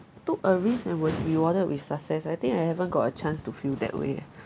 took a risk and was rewarded with success I think I haven't got a chance to feel that way